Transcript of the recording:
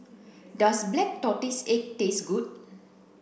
does black tortoise cake taste good